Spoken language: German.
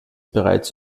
bereits